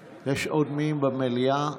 יש עוד מישהו במליאה?